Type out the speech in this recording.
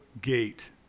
gate